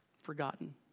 forgotten